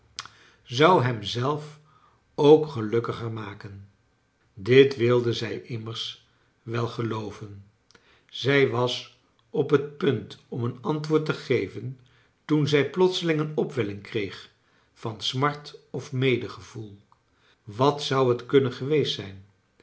zou hem zelf ook gelukkiger maken dit wilde zij immers wel gelooven zij was op het punt om een antwoord te geven toen zij plotseling een opwelling kreeg van smart of medegevoel wat zou het kunnen geweest zijn